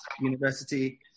university